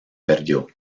perdió